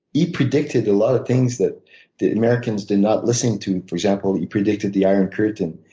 he predicted a lot of things that the americans did not listen to. for example, he predicted the iron curtain.